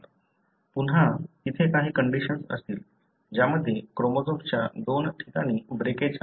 पुन्हा तिथे काही कंडिशन्स असतील ज्यामध्ये क्रोमोझोमच्या दोन ठिकाणी ब्रेकेज आहे